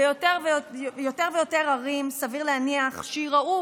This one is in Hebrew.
ויותר ויותר ערים סביר להניח שייראו